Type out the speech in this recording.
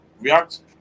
react